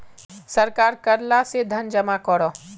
सरकार कर ला से धन जमा करोह